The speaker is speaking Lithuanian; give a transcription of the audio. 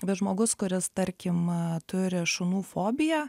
bet žmogus kuris tarkim turi šunų fobiją